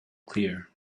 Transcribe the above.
clear